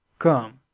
come!